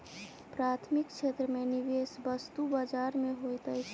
प्राथमिक क्षेत्र में निवेश वस्तु बजार में होइत अछि